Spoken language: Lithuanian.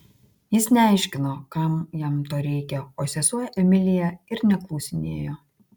jis neaiškino kam jam to reikia o sesuo emilija ir neklausinėjo